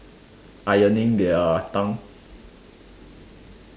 ironing their tongue